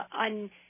on